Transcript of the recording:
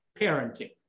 parenting